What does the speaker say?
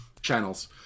channels